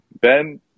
Ben